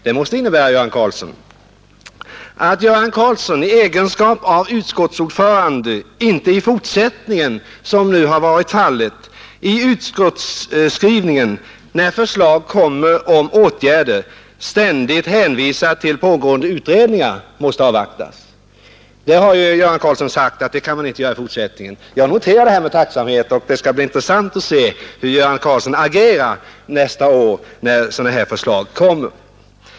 Det måste innebära att Göran Karlsson i egenskap av utskottsordförande inte i fortsättningen som hittills varit fallet, när förslag framförts om åtgärder, ständigt hänvisar till att pågående utredningar måste avvaktas. Göran Karlsson har ju nu sagt att det kan man inte göra i fortsättningen. Jag noterar det med tacksamhet, och det skall bli intressant att se hur Göran Karlsson agerar nästa år när sådana här förslag framställs.